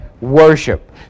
worship